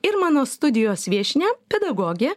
ir mano studijos viešnia pedagogė